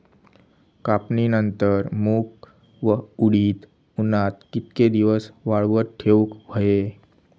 कापणीनंतर मूग व उडीद उन्हात कितके दिवस वाळवत ठेवूक व्हये?